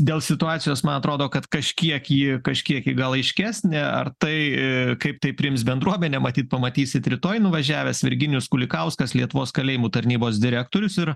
dėl situacijos man atrodo kad kažkiek ji kažkiek gal aiškesnė ar tai kaip tai priims bendruomenė matyt pamatysite rytoj nuvažiavęs virginijus kulikauskas lietuvos kalėjimų tarnybos direktorius